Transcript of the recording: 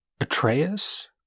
Atreus